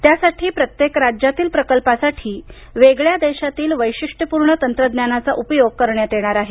त्यासाठी प्रत्येक राज्यातील प्रकल्पासाठी वेगळ्या देशातील वैशिष्ट्यपूर्ण तंत्रज्ञानाचा उपयोग करण्यात येणार आहे